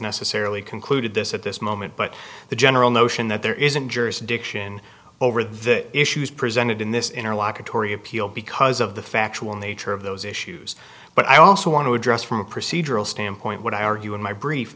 necessarily concluded this at this moment but the general notion that there isn't jurisdiction over the issues presented in this interlocutory appeal because of the factual nature of those issues but i also want to address from a procedural standpoint what i argue in my brief